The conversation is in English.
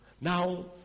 Now